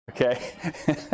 Okay